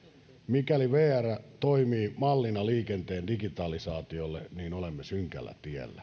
mikäli vr toimii mallina liikenteen digitalisaatiolle olemme synkällä tiellä